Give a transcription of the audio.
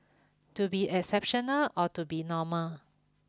to be exceptional or to be normal